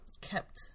kept